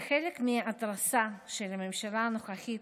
כחלק מההתרסה של הממשלה הנוכחית,